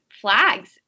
flags